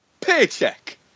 Paycheck